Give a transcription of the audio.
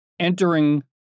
entering